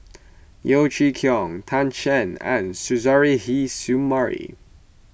Yeo Chee Kiong Tan Shen and Suzairhe Sumari